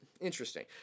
Interesting